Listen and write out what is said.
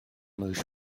meus